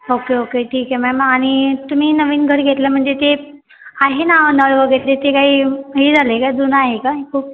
okay okay ठीक आहे ma'am आणि तुम्ही नवीन घर घेतलं म्हणजे ते आहे ना नळ वगैरे ते काही हे झालं आहे का जुनं आहे काय खूप